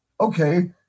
Okay